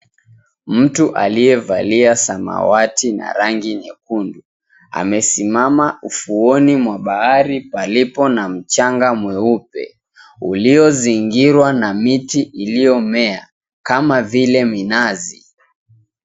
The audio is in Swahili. Mtu aliyevalia samawati na rangi nyekundu amesimama ufuoni mwa bahari palipo na mchanga mweupe uliyozingirwa na miti iliyomea kama vile minazi.